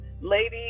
ladies